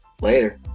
Later